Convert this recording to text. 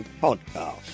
Podcast